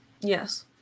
yes